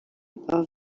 are